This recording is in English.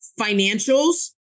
financials